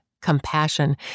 compassion